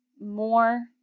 more